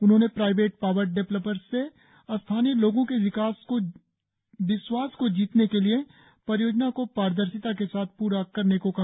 उन्होंने private power developers से स्थानीय लोगों के विश्वास को जीतने के लिए परियोजना को पारदर्शिता के साथ पूरा करने को कहा